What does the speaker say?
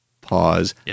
pause